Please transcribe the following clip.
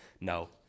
No